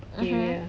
mmhmm